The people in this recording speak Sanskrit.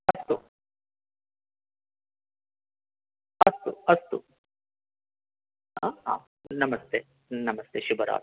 अस्तु अस्तु अस्तु नमस्ते नमस्ते शुभरात्रिः